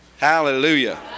Hallelujah